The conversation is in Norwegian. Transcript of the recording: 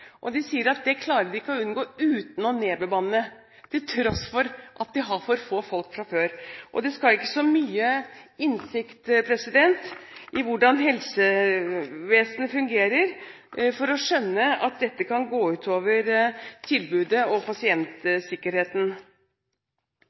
og de sier at det klarer de ikke å unngå uten å nedbemanne, til tross for at de har for få folk fra før. Det skal ikke så mye innsikt til i hvordan helsevesenet fungerer, for å skjønne at dette kan gå ut over tilbudet og